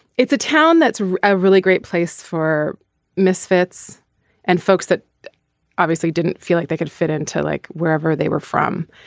it's a town that's a really great place for misfits and folks that obviously didn't feel like they could fit into like wherever they were from.